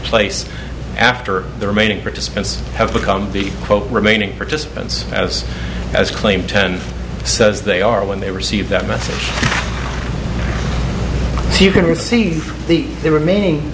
place after the remaining participants have become the quote remaining participants as has claimed ten says they are when they receive that message you can receive the remaining